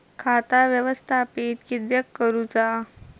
खाता व्यवस्थापित किद्यक करुचा?